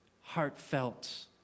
heartfelt